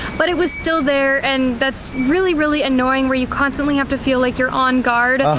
but it was still there and that's really really annoying where you constantly have to feel like you're on guard. ah